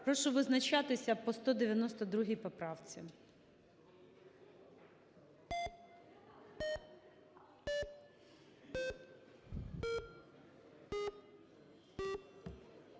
Прошу визначатися по поправці